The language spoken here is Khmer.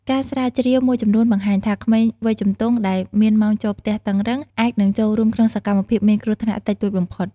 ការស្រាវជ្រាវមួយចំនួនបង្ហាញថាក្មេងវ័យជំទង់ដែលមានម៉ោងចូលផ្ទះតឹងរឹង អាចនឹងចូលរួមក្នុងសកម្មភាពមានគ្រោះថ្នាក់តិចតួចបំផុត។